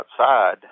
outside